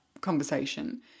conversation